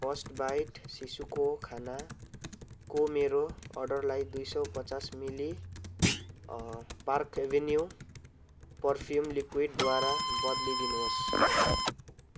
first bite शिशुको खानाको मेरो अर्डरलाई दुई सौ पचास मि लि पार्क एभेन्यू परफ्युम लिक्विडद्वारा बदलिदिनुहोस्